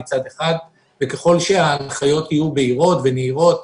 ככל שההנחיות יהיו בהירות ונהירות,